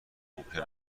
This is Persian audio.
ممکن